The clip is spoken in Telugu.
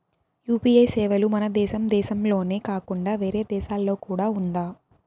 యు.పి.ఐ సేవలు మన దేశం దేశంలోనే కాకుండా వేరే దేశాల్లో కూడా ఉందా?